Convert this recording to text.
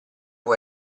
può